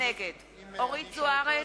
נגד אורית זוארץ,